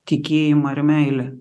tikėjimą ar meilę